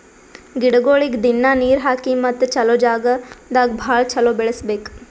ಗಿಡಗೊಳಿಗ್ ದಿನ್ನಾ ನೀರ್ ಹಾಕಿ ಮತ್ತ ಚಲೋ ಜಾಗ್ ದಾಗ್ ಭಾಳ ಚಲೋ ಬೆಳಸಬೇಕು